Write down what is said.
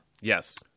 yes